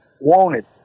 Wanted